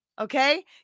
okay